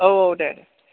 औ औ दे